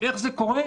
איך זה קורה?